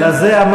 בסדר.